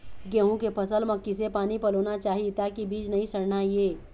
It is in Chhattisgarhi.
गेहूं के फसल म किसे पानी पलोना चाही ताकि बीज नई सड़ना ये?